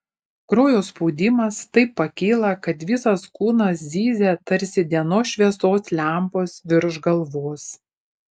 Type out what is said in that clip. kraujo spaudimas taip pakyla kad visas kūnas zyzia tarsi dienos šviesos lempos virš galvos